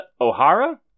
O'Hara